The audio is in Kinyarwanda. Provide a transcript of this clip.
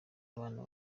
abana